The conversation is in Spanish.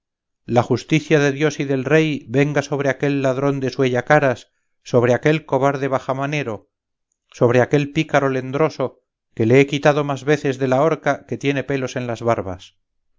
la justicia de dios y del rey venga sobre aquel ladrón desuellacaras sobre aquel cobarde bajamanero sobre aquel pícaro lendroso que le he quitado más veces de la horca que tiene pelos en las barbas